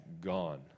gone